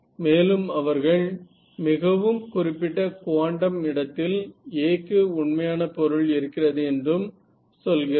மேலும் அவர்கள் மிகவும் குறிப்பிட்ட குவாண்டம் இடத்தில் A க்கு உண்மையான பொருள் இருக்கிறது என்றும் சொல்கிறார்கள்